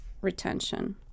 retention